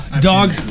dog